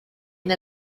une